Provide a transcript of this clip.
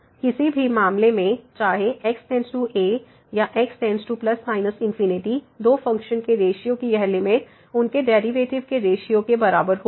किसी भी मामले में चाहे x→a या x→±∞ दो फ़ंक्शन के रेश्यो की यह लिमिट उनके डेरिवेटिव के रेश्यो के बराबर होगी